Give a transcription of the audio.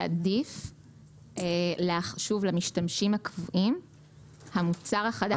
שעדיף למשתמשים הקבועים המוצר החדש.